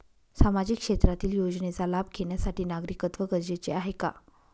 सामाजिक क्षेत्रातील योजनेचा लाभ घेण्यासाठी नागरिकत्व गरजेचे आहे का?